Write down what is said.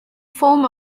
form